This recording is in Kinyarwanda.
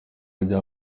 bya